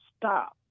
stop